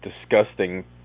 disgusting